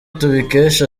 tubikesha